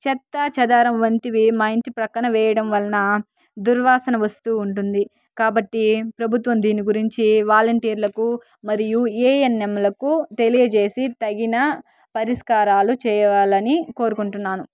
చెత్తా చెదారం వంటివి మా ఇంటి ప్రక్కన వేయడం వలన దుర్వాసన వస్తూ ఉంటుంది కాబట్టి ప్రభుత్వం దీని గురించి వాలంటీర్లకు మరియు ఏఎన్ఎంలకు తెలియజేసి తగిన పరిష్కారాలు చేయాలని కోరుకుంటున్నాను